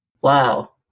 Wow